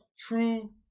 True